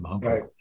Right